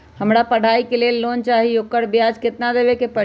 हमरा पढ़ाई के लेल लोन चाहि, ओकर ब्याज केतना दबे के परी?